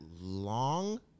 long